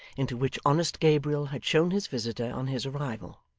into which honest gabriel had shown his visitor on his arrival.